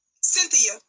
Cynthia